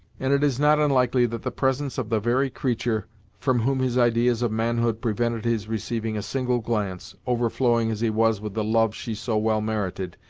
and it is not unlikely that the presence of the very creature from whom his ideas of manhood prevented his receiving a single glance, overflowing as he was with the love she so well merited,